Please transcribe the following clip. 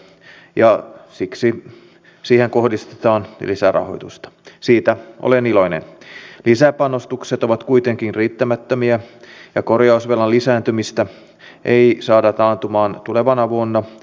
tämän jälkeen varmaan on selvä että tämä välikysymys lähti liikkeelle stubbin lausunnosta mutta se oli vain se joka tiivisti tämän suuren ongelman mikä lainvalmistelussa on